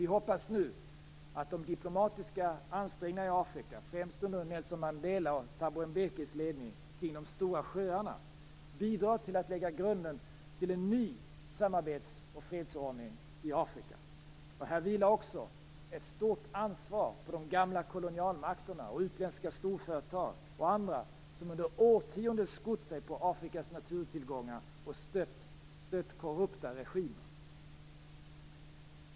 Vi hoppas nu att de diplomatiska ansträngningar i Afrika, främst under Nelson Mandelas och Thabo Mbekis ledning, kring de stora sjöarna bidrar till att lägga grunden till en ny samarbets och fredsordning i Afrika. Här vilar också ett stort ansvar på de gamla kolonialmakterna, utländska storföretag och andra som under årtionden skott sig på Afrikas naturtillgångar och stött korrupta regimer.